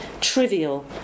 trivial